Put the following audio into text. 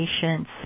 patients